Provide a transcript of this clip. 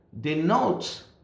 denotes